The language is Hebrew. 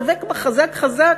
דבק בה חזק חזק,